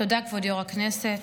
תודה, כבוד יו"ר הישיבה.